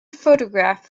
photograph